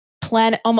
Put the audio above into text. planet